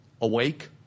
awake